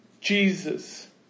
Jesus